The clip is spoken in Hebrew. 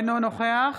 אינו נוכח